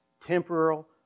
temporal